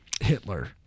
Hitler